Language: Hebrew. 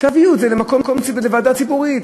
תביאו את זה לוועדה ציבורית,